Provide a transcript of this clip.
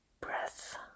breath